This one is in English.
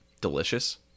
Delicious